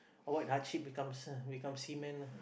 avoid hardship become se~ become seamen ah